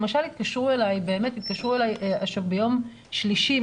למשל התקשרו אליי ביום שלישי,